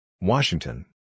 Washington